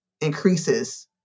increases